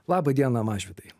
laba diena mažvydai